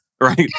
right